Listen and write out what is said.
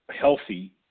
healthy